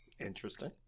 Interesting